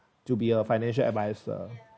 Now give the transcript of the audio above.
to be a financial adviser